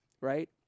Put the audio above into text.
right